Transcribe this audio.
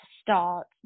start